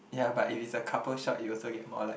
ya but if it's a couple shot you also get more likes